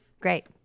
Great